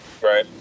Right